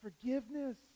forgiveness